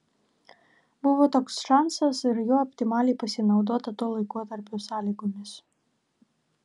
buvo toks šansas ir juo optimaliai pasinaudota to laikotarpio sąlygomis